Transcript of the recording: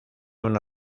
una